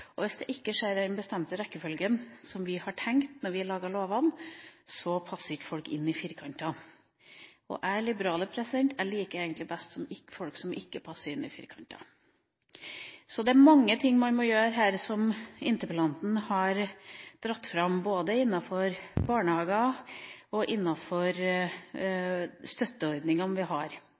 Hvis det ikke skjer i den bestemte rekkefølgen som vi tenkte da vi laget lovene, så passer ikke folk inn i firkantene. Jeg er liberaler, og jeg liker egentlig best folk som ikke passer inn i firkantene. Det er mange ting man må gjøre her, som interpellanten har dratt fram, både innenfor barnehagene og innenfor støtteordningene vi har.